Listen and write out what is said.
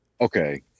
Okay